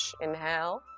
Inhale